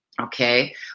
Okay